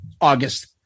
august